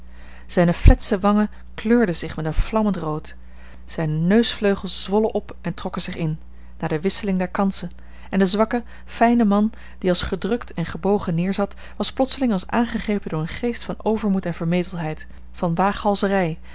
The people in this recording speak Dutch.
zijne fletsche wangen kleurden zich met een flammend rood zijne neusvleugels zwollen op en trokken zich in naar de wisseling der kansen en de zwakke fijne man die als gedrukt en gebogen neerzat was plotseling als aangegrepen door een geest van overmoed en vermetelheid van waaghalzerij